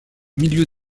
milieu